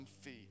feet